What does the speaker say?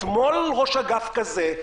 אתמול ראש אגף כזה.